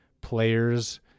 players